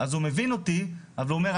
אז הוא מבין אותי אבל הוא אומר,